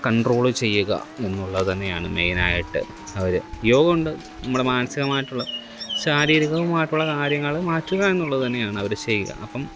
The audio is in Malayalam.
കണ്ട്രോള് ചെയ്യുക എന്നുള്ളത് തന്നെയാണ് മെയിൻ ആയിട്ട് അവർ യോഗ കൊണ്ട് നമ്മൾ മാനസികമായിട്ടുള്ള ശാരീരികവുമായിട്ടുള്ള കാര്യങ്ങൾ മാറ്റുക എന്നുള്ളത് തന്നെയാണ് അവർ ചെയ്യുക അപ്പം